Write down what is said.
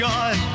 God